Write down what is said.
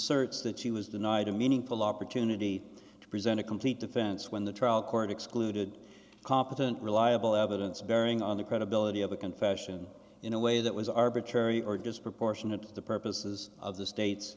asserts that she was denied a meaningful opportunity to present a complete defense when the trial court excluded competent reliable evidence bearing on the credibility of a confession in a way that was arbitrary or disproportionate to the purposes of the state